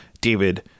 David